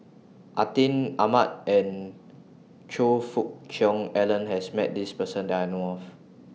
Atin Amat and Choe Fook Cheong Alan has Met This Person that I know of